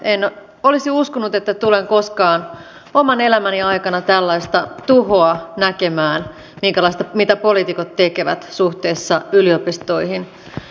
en olisi uskonut että tulen koskaan oman elämäni aikana tällaista tuhoa näkemään mitä poliitikot tekevät suhteessa yliopistoihin